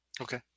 Okay